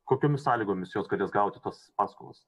kokiomis sąlygomis jos galės gauti tas paskolas